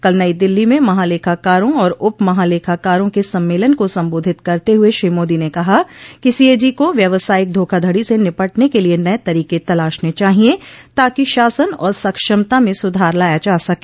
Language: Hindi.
कल नई दिल्ली में महालेखाकारों और उप महालेखाकारों के सम्मेलन को सम्बोधित करते हुए श्री मोदी ने कहा कि सीएजी को व्यावसायिक धोखाधड़ी से निपटने के लिए नए तरीके तलाशने चाहिए ताकि शासन और सक्षमता में सुधार लाया जा सके